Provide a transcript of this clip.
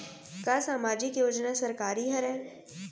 का सामाजिक योजना सरकारी हरे?